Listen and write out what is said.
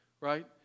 right